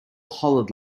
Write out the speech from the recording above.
hollered